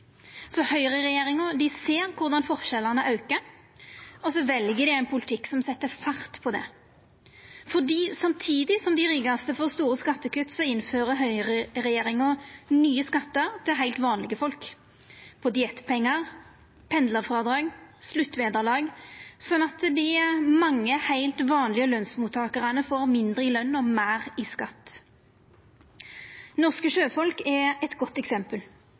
så vel dei ein politikk som set fart på det. For samtidig som dei rikaste får store skattekutt, innfører høgreregjeringa nye skattar til heilt vanlege folk – på diettpengar, pendlarfrådrag, sluttvederlag – slik at dei mange, heilt vanlege lønsmottakarane får mindre i løn og meir i skatt. Norske sjøfolk er eit godt eksempel.